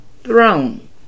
throne